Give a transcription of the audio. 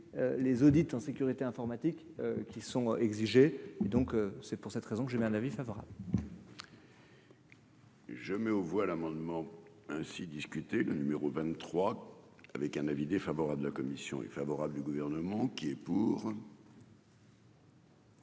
les audits en sécurité informatique, qui sont exigés, où donc, c'est pour cette raison que j'émets un avis favorable. Je mets aux voix l'amendement ainsi discuter le numéro 23 avec un avis défavorable de la commission est favorable du gouvernement qui est pour.